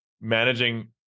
managing